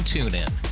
TuneIn